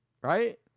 right